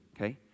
okay